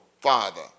father